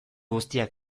guztiak